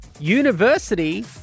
University